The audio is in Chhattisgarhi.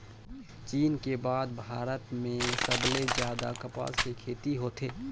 चीन के बाद भारत में सबले जादा कपसा के खेती होथे